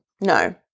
no